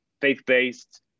faith-based